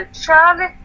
Charlie